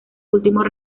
últimos